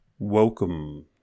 welcome